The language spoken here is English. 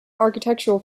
architectural